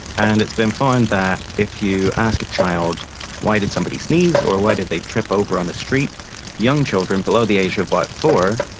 and it's been found that if you ask a child why did somebody sneeze or why did they trip over on the street young children below the age of about but four,